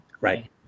Right